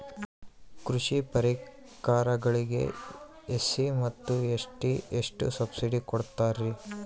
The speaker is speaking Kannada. ಕೃಷಿ ಪರಿಕರಗಳಿಗೆ ಎಸ್.ಸಿ ಮತ್ತು ಎಸ್.ಟಿ ಗೆ ಎಷ್ಟು ಸಬ್ಸಿಡಿ ಕೊಡುತ್ತಾರ್ರಿ?